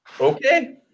okay